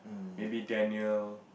maybe Daniel